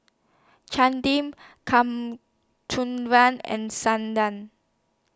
Chandi and